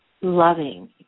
loving